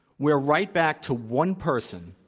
we are right back to one person